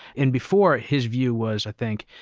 and before, his view was, i think,